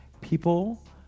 People